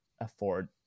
afford